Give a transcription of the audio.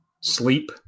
sleep